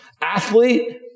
Athlete